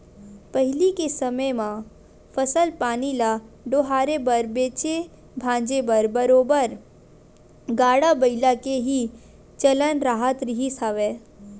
पहिली के समे म फसल पानी ल डोहारे बर बेंचे भांजे बर बरोबर गाड़ा बइला के ही चलन राहत रिहिस हवय